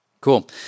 Cool